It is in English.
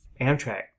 amtrak